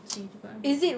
leceh juga eh